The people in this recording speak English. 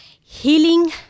healing